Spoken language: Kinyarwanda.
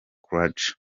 croidja